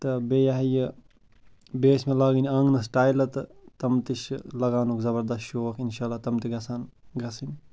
تہٕ بیٚیہِ یہِ ہَہ یہِ بیٚیہِ ٲسۍ مےٚ لاگٕنۍ آنٛگنَس ٹایلہٕ تہٕ تٕم تہٕ چھِ لَگاونُک زبردست شوق اِنشاء اللہ تم تہٕ گژھَن گژھٕنۍ